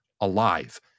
alive